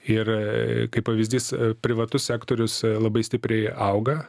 ir kaip pavyzdys privatus sektorius labai stipriai auga